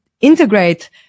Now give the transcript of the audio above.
integrate